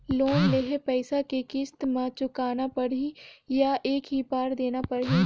Loan लेहल पइसा के किस्त म चुकाना पढ़ही या एक ही बार देना पढ़ही?